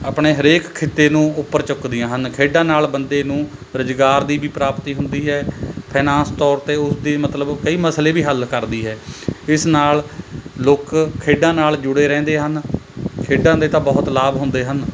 ਆਪਣੇ ਹਰੇਕ ਕਿੱਤੇ ਨੂੰ ਉੱਪਰ ਚੁੱਕਦੀਆਂ ਹਨ ਖੇਡਾਂ ਨਾਲ ਬੰਦੇ ਨੂੰ ਰੁਜ਼ਗਾਰ ਦੀ ਵੀ ਪ੍ਰਾਪਤੀ ਹੁੰਦੀ ਹੈ ਫਾਈਨਾਸ ਤੌਰ 'ਤੇ ਉਸਦੀ ਮਤਲਬ ਕਈ ਮਸਲੇ ਵੀ ਹੱਲ ਕਰਦੀ ਹੈ ਇਸ ਨਾਲ ਲੋਕ ਖੇਡਾਂ ਨਾਲ ਜੁੜੇ ਰਹਿੰਦੇ ਹਨ ਖੇਡਾਂ ਦੇ ਤਾਂ ਬਹੁਤ ਲਾਭ ਹੁੰਦੇ ਹਨ